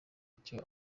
icyo